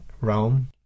realm